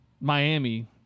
Miami